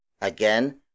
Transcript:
Again